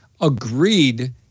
agreed